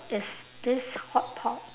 is this hotpot